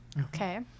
Okay